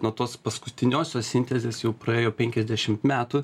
nuo tos paskutiniosios sintezės jau praėjo penkiasdešimt metų